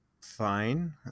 fine